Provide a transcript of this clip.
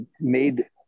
made